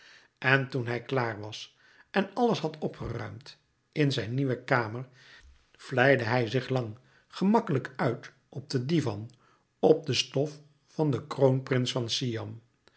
en toen hij klaar was en alles had opgeruimd in zijn nieuwe kamer vlijde hij zich lang gemakkelijk uit op den divan op de stof van den kroonprins van siam